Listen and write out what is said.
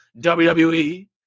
WWE